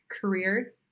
career